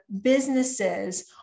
businesses